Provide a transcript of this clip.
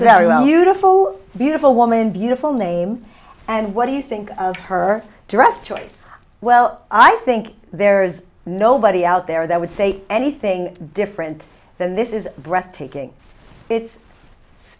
full beautiful woman beautiful name and what do you think of her dress choice well i think there's nobody out there that would say anything different than this is breathtaking it's